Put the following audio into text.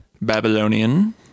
Babylonian